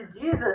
Jesus